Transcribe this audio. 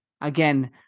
again